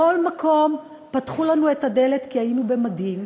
בכל מקום פתחו לנו את הדלת, כי היינו במדים.